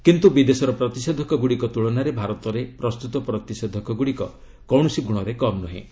କିନ୍ତୁ ବିଦେଶର ପ୍ରତିଷେଧକଗୁଡ଼ିକ ତ୍କଳନାରେ ଭାରତରେ ପ୍ରସ୍ତୁତ ପ୍ରତିଷେଧକଗୁଡ଼ିକ କୌଣସି ଗୁଣରେ କମ୍ ନୁହେଁ